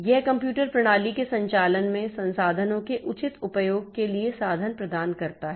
यह कंप्यूटर प्रणाली के संचालन में संसाधनों के उचित उपयोग के लिए साधन प्रदान करता है